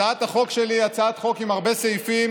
הצעת החוק שלי היא הצעת חוק עם הרבה סעיפים,